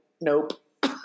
nope